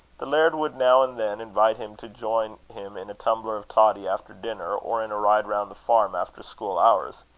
the laird would now and then invite him to join him in a tumbler of toddy after dinner, or in a ride round the farm after school hours.